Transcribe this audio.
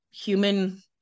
human